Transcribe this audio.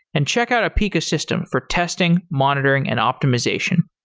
and check out apica system for testing, monitoring, and optimization.